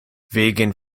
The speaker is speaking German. wegen